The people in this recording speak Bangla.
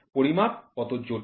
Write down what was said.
পরিমাপ কত জটিল